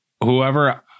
whoever